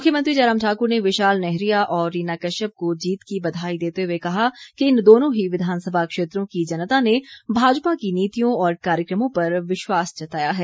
मुख्यमंत्री जयराम ठाकुर ने विशाल नेहरिया और रीना कश्यप को जीत की बधाई देते हुए कहा है कि इन दोनों ही विधानसभा क्षेत्रों की जनता ने भाजपा की नीतियों और कार्यक्रमों पर विश्वास जताया है